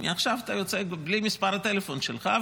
מעכשיו אתה יוצא בלי מספר הטלפון שלך,